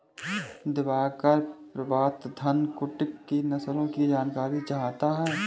दिवाकर प्रतापधन कुक्कुट की नस्लों की जानकारी चाहता है